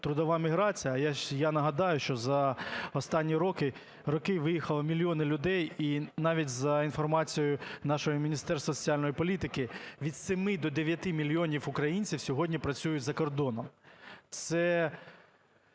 трудова міграція, а я нагадаю, що за останні роки виїхало мільйони людей, і навіть за інформацією нашого Міністерства соціальної політики від 7 до 9 мільйонів українців сьогодні працюють за кордоном, це